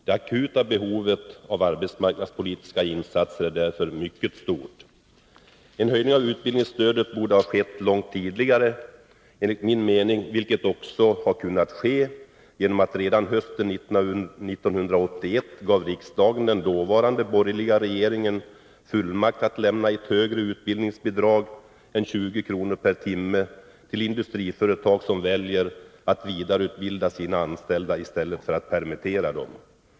Det akuta behovet av arbetsmarknadspolitiska insatser är därför mycket stort. En höjning av utbildningsstödet borde enligt min mening ha skett långt tidigare. Så hade också kunnat ske, eftersom riksdagen redan hösten 1981 gav den dåvarande borgerliga regeringen fullmakt att lämna ett högre utbildningsbidrag än 20 kr per timme till industriföretag som väljer att vidareutbilda sina anställda i stället för att permittera dem.